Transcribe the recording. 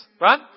Right